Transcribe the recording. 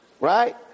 right